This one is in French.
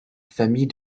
famille